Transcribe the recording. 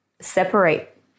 separate